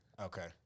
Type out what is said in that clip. Okay